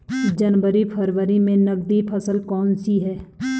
जनवरी फरवरी में नकदी फसल कौनसी है?